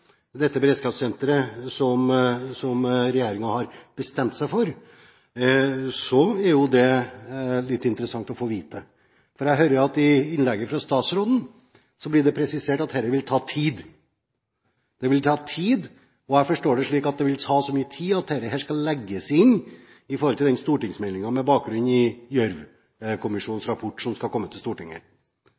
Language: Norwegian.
dette beredskapssenteret som regjeringen har bestemt seg for, er det litt interessant å få vite. Jeg hører at det i innlegget fra statsråden blir presisert at dette vil ta tid. Det vil ta tid, og jeg forstår det slik at det vil ta så mye tid at dette skal legges inn i stortingsmeldingen med bakgrunn i Gjørv-kommisjonens rapport som skal komme til Stortinget.